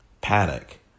panic